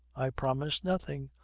i promise nothing.